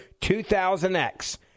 2000X